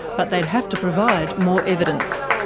but they'd have to provide more evidence.